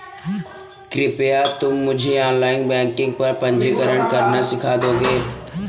कृपया तुम मुझे ऑनलाइन बैंकिंग पर पंजीकरण करना सीख दोगे?